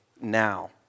now